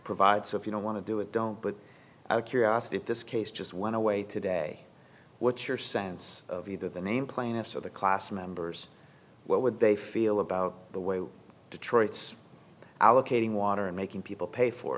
provide so if you don't want to do it don't but curiosity if this case just went away today what's your sense of either the name plaintiffs or the class members what would they feel about the way detroit's allocating water and making people pay for